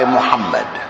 Muhammad